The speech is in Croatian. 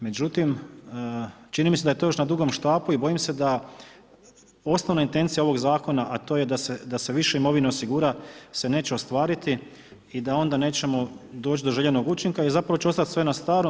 Međutim, čini mi se da je to još na dugom štapu i bojim se da osnovna intencija ovog Zakona, a to je da se više imovine osigura se neće ostvariti i da onda nećemo doći do željenog učinka i zapravo će ostati sve na starom.